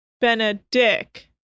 Benedict